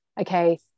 okay